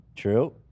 True